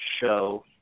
show